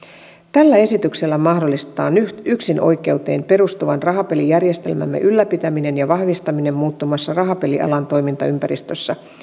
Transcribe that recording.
tällä esityksellä mahdollisestaan yksinoikeuteen perustuvan rahapelijärjestelmämme ylläpitäminen ja vahvistaminen muuttuvassa rahapelialan toimintaympäristössä